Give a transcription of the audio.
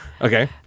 Okay